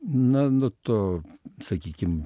na nu to sakykim